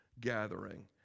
Gathering